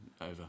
over